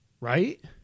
right